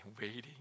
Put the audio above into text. waiting